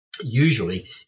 usually